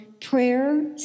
prayer